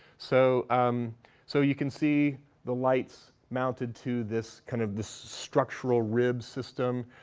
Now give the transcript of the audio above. so um so you can see the lights mounted to this kind of this structural rib system.